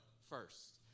first